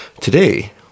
Today